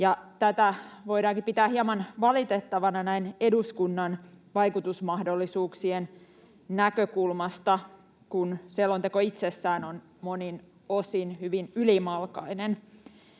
Tätä voidaankin pitää hieman valitettavana näin eduskunnan vaikutusmahdollisuuksien näkökulmasta, kun selonteko itsessään on monin osin hyvin ylimalkainen.